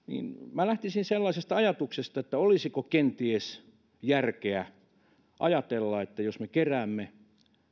minä lähtisin sellaisesta ajatuksesta olisiko kenties järkeä ajatella että jos me keräämme